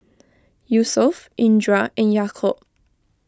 Yusuf Indra and Yaakob